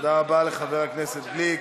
תודה רבה לחבר הכנסת גליק,